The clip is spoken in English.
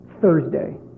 Thursday